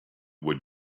would